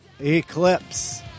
Eclipse